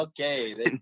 Okay